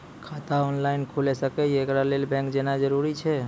खाता ऑनलाइन खूलि सकै यै? एकरा लेल बैंक जेनाय जरूरी एछि?